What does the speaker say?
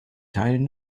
teilen